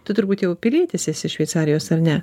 tu turbūt jau pilietis esi šveicarijos ar ne